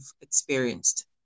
experienced